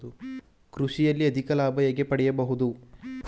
ಕೃಷಿಯಲ್ಲಿ ಅಧಿಕ ಲಾಭ ಹೇಗೆ ಪಡೆಯಬಹುದು?